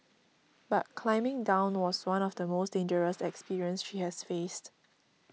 but climbing down was one of the most dangerous experience she has faced